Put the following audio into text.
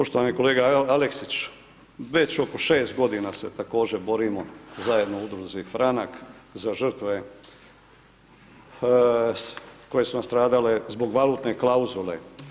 Poštovani kolega Aleksić, već oko 6 godina se također borimo zajedno u Udruzi Franak za žrtve koje su nastradale zbog valutne klauzule.